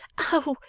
oh!